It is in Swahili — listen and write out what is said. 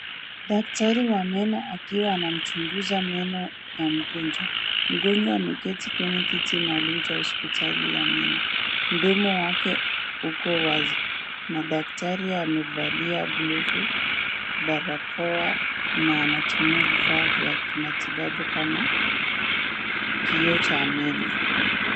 Daktari wa meno akiwa anamchuguza meno ya mgonjwa. Mgonjwa ameketi kwenye kiti maalum cha hospitali ya meno, mdomo wake uko wazi na daktari amevalia glovu, barakoa na anatumia vifaa vya kimatibabu kama kioo cha meno.